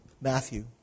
Matthew